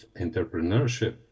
entrepreneurship